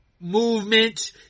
movement